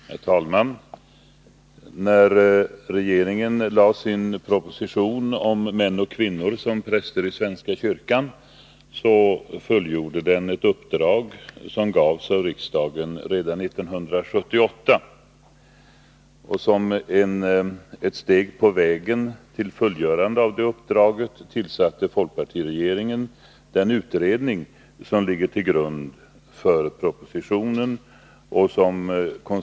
Herr talman! När regeringen lade fram sin proposition om män och kvinnor som präster i svenska kyrkan, fullgjorde den ett uppdrag som gavs av riksdagen redan 1978. Som ett steg på vägen till fullgörande av det uppdraget tillsatte folkpartiregeringen den utredning som ligger till grund för propositionen.